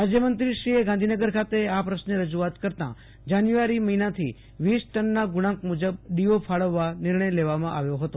રાજયમંત્રીએ ગાંધીનગર ખાતે આ પ્રશ્ને રજુઆત કરતાં જાન્યુ આરીથી વીસ ટનના ગુણાંક મુ જબ ડીઓ ફાળવવા નિર્ણય લેવામાં આવ્યો હતો